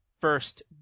first